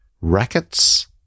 rackets